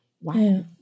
Wow